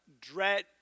dread